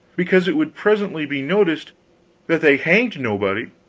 because it would presently be noticed that they hanged nobody,